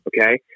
Okay